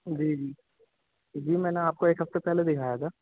جی جی جی میں نے آپ کو ایک ہفتے پہلے دکھایا تھا